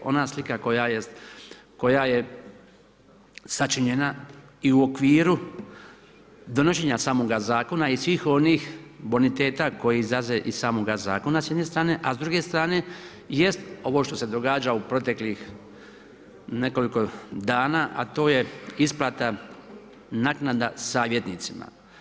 Ona slika koja je sačinjena i u okviru donošenja samoga zakona i svih onih boniteta koji izlaze iz samoga zakona s jedne strane, a s druge strane jest ovo što se događa u proteklih nekoliko dana, a to je isplata naknada savjetnicima.